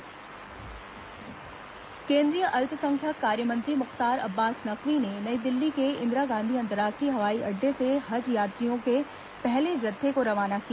whose यात्रा केन्द्रीय अल्पसंख्यक कार्य मंत्री मुख्तार अब्बास नकवी ने नई दिल्ली के इंदिरा गांधी अंतरराष्ट्रीय हवाई अड्डे से हज यात्रियों के पहले जत्थे को रवाना किया